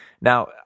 Now